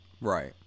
Right